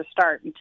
start